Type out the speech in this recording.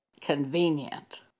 convenient